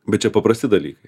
bet čia paprasti dalykai